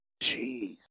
Jeez